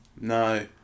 No